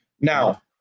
Now